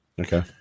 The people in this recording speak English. Okay